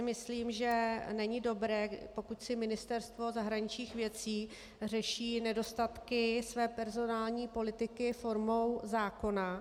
Myslím si, že není dobré, pokud si Ministerstvo zahraničních věcí řeší nedostatky své personální politiky formou zákona.